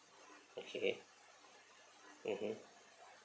okay mmhmm